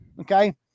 okay